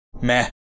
meh